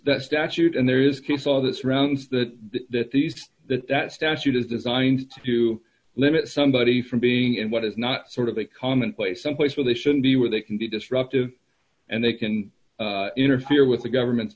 that statute and there is if you saw this rounds that that these that that statute is designed to limit somebody from being in what is not sort of a common place some place where they shouldn't be where they can be disruptive and they can interfere with the government's